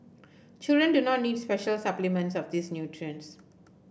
children do not need special supplements of these nutrients